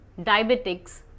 diabetics